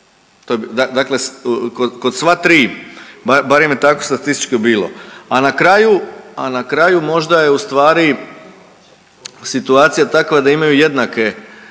dakle kod sva tri, barem je tako statistički bilo, a na kraju, a na kraju možda je ustvari situacija takva da imaju jednake